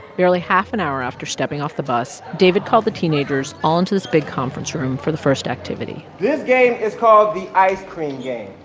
barely half an hour after stepping off the bus, david called the teenagers all into this big conference room for the first activity this game is called the ice cream game.